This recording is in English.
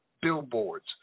billboards